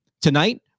Tonight